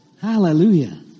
Hallelujah